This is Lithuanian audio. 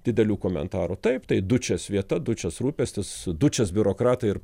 didelių komentarų taip tai dučės vieta dučės rūpestis dučės biurokratai ir